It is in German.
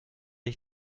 ich